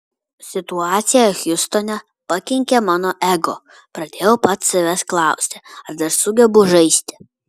situacija hjustone pakenkė mano ego pradėjau pats savęs klausti ar dar sugebu žaisti